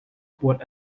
por